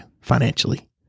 financially